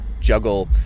juggle